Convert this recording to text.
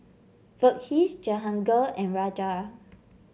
Verghese Jehangirr and Raja